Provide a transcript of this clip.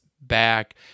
back